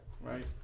Right